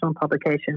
publication